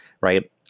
right